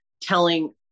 telling